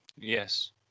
yes